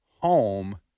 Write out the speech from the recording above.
home